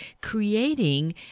creating